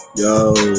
yo